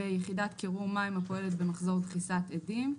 ב-"יחידת קירור מים הפועלת במחזור דחיסת אדים".